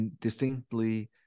distinctly